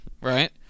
right